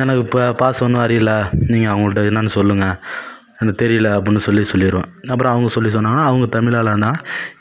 எனக்கு ப பாஷை ஒன்றும் அறியல நீங்கள் அவங்கள்ட்ட என்னான்னு சொல்லுங்க எனக் தெரியல அப்புன்னு சொல்லி சொல்லிருவேன் அப்புறோம் அவங்க சொல்லி சொன்னாங்கன்னா அவங்க தமிழ் ஆளாக இருந்தா